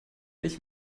ich